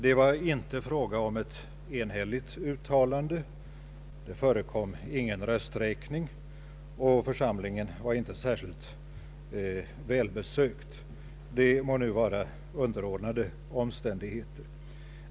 Det var här inte fråga om ett enhälligt uttalande. Det förekom ingen rösträkning och församlingen var inte särskilt välbesökt — detta må nu vara underordnade omständigheter.